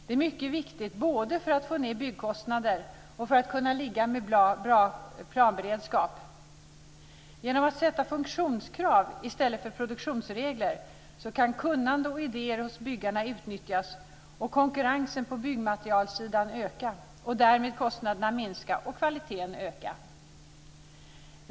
Det är mycket viktigt både för att få ned byggkostnader och för att kunna ligga med bra planberedskap. Genom att man sätter funktionskrav i stället för produktionsregler kan kunnande och idéer hos byggarna utnyttjas och konkurrensen på byggmaterialsidan öka - och därmed kostnaderna minska och kvaliteten öka.